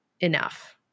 enough